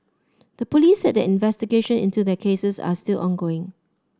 the police said that investigation into their cases are still ongoing